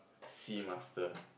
sea master